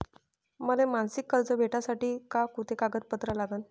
मले मासिक कर्ज भेटासाठी का कुंते कागदपत्र लागन?